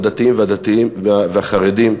הדתיים והחרדים,